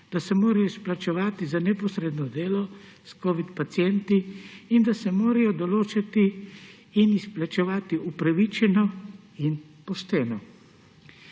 da se morajo izplačevati za neposredno delo s covid pacienti in da se morajo določati in izplačevati upravičeno in pošteno.